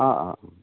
অঁ অঁ অঁ